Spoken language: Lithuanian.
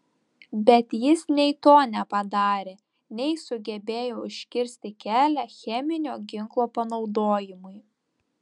bet jis nei to nepadarė nei sugebėjo užkirsti kelią cheminio ginklo panaudojimui